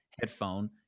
headphone